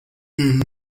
wungirije